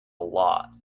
lot